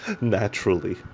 naturally